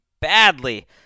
badly